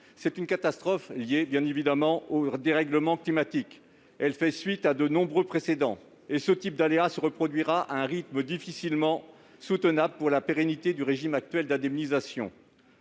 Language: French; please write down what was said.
phénomène isolé. Elle est bien évidemment liée au dérèglement climatique. Elle fait suite à de nombreux précédents, et ce type d'aléa se reproduira à un rythme difficilement soutenable pour la pérennité du régime actuel d'indemnisation.